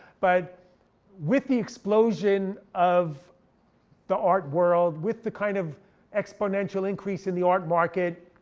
but with the explosion of the art world, with the kind of exponential increase in the art market,